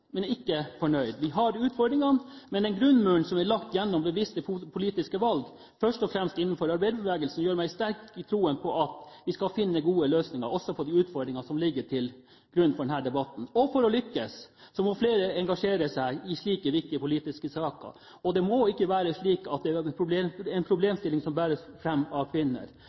men ikke fornøyd. Vi har utfordringer, men den grunnmuren som er lagt gjennom bevisste politiske valg, først og fremst innenfor arbeiderbevegelsen, gjør meg sterk i troen på at vi skal finne gode løsninger, også på de utfordringene som ligger til grunn for denne debatten. For å lykkes må flere engasjere seg i slike viktige politiske saker. Det må ikke være slik at dette er en problemstilling som bare bæres fram av kvinner,